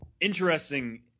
interesting